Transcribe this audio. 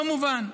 לא מובן.